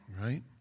Right